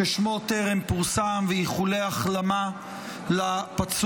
ששמו טרם פורסם, ואיחולי החלמה לפצוע.